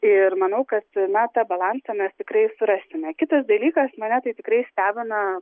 ir manau kad na tą balansą mes tikrai surasime kitas dalykas mane tai tikrai stebina